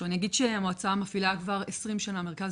אני אגיד שהמועצה מפעילה כבר 20 שנה מרכז